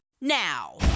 now